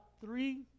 three